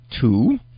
Two